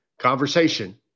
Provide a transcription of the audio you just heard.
conversation